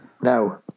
now